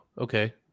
okay